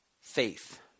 faith